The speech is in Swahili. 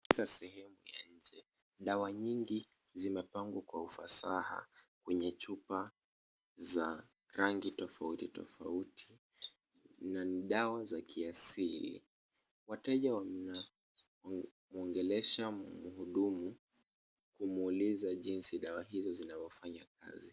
Katika sehemu ya nje, dawa nyingi zimepangwa kwa ufasaha, kwenye chupa za rangi tofauti tofauti na ni dawa za kiasili. Wateja wana waongelesha mhudumu kumuuliza jinsi dawa hizo zinazofanya.